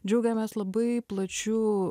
džiaugiamės labai plačiu